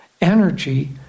energy